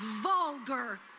vulgar